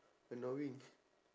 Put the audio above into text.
annoying